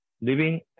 living